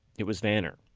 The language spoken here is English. it was vanner.